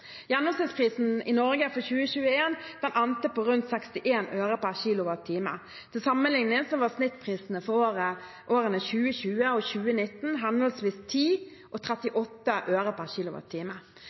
Gjennomsnittsprisen i Norge for 2021 endte på rundt 61 øre/kWh. Til sammenligning var snittprisen for årene 2020 og 2019 henholdsvis 10 øre og